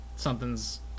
something's